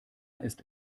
ist